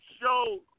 show